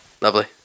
Lovely